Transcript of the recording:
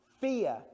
fear